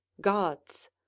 gods